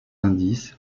indice